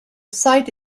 site